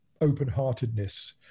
open-heartedness